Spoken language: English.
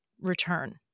return